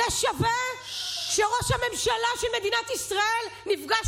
זה שווה שראש הממשלה של מדינת ישראל נפגש